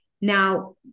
Now